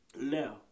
Now